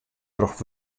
troch